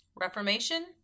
Reformation